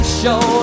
show